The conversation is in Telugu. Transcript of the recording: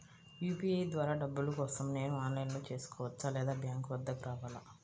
యూ.పీ.ఐ ద్వారా డబ్బులు కోసం నేను ఆన్లైన్లో చేసుకోవచ్చా? లేదా బ్యాంక్ వద్దకు రావాలా?